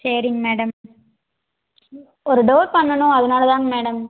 சரிங்க மேடம் ஒரு டோர் பண்ணனும் அதனால் தான் மேடம்